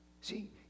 See